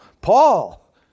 Paul